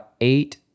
eight